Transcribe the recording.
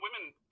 women